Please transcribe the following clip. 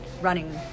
running